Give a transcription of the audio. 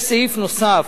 יש סעיף נוסף,